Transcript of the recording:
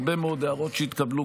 הרבה מאוד הערות התקבלו,